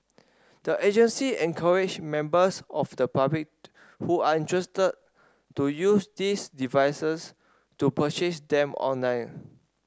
the agency encouraged members of the public who are interested to use these devices to purchase them online